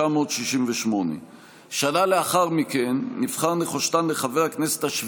תודה לאדוני יושב-ראש הכנסת,